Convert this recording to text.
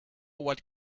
what